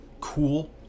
Cool